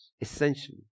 essentially